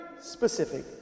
specific